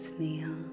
Sneha